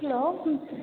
hello